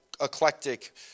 eclectic